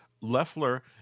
Leffler